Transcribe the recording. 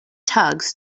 tugs